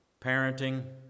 parenting